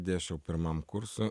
dėsčiau pirmam kurso